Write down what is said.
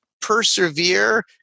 persevere